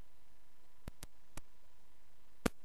שחושב בכלל שעוד אפשר לדבר על מדינת ישראל בעוד כמה זמן,